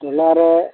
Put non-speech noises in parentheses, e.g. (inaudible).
ᱦᱚᱞᱟᱨᱮ (unintelligible)